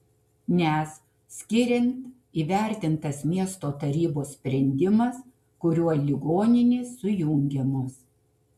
nes skiriant įvertintas miesto tarybos sprendimas kuriuo ligoninės sujungiamos